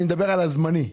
אני מדבר על הזמני.